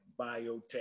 biotech